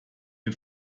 den